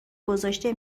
گذاشته